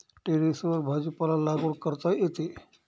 टेरेसवर भाजीपाला लागवड करता येते